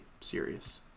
serious